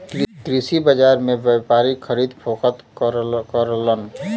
कृषि बाजार में व्यापारी खरीद फरोख्त करलन